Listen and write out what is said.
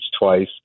twice